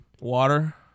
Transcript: water